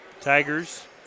Tigers